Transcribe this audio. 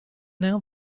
now